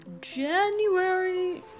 January